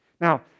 Now